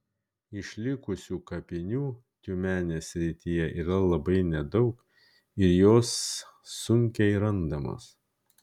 išlikusių kapinių tiumenės srityje yra labai nedaug ir jos sunkiai randamos